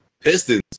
Pistons